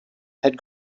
had